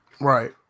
Right